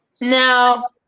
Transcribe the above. No